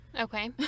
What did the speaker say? Okay